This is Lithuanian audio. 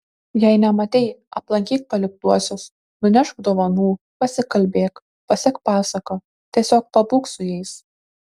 jei nematei aplankyk paliktuosius nunešk dovanų pasikalbėk pasek pasaką tiesiog pabūk su jais